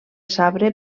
sabre